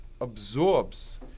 absorbs